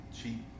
cheap